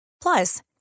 Plus